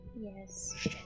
Yes